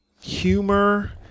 humor